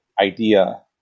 idea